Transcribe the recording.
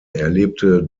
erlebte